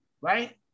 right